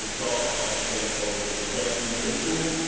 call, i'll be heading over to crestview middle school,